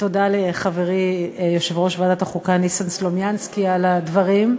ותודה לחברי יושב-ראש ועדת החוקה ניסן סלומינסקי על הדברים.